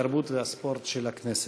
התרבות והספורט נתקבלה.